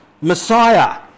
Messiah